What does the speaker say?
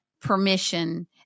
permission